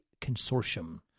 Consortium